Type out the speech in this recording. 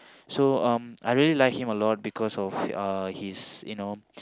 so um I really like him a lot because of uh his you know